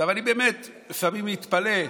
אני באמת לפעמים מתפלא: